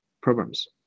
problems